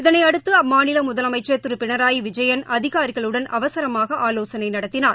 இதனையடுத்து அம்மாநில முதலமைச்ச் திரு பினராயி விஜயன் அதிகாரிகளுடன் அவசரமாக ஆலோசனை நடத்தினார்